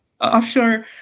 offshore